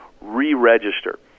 re-register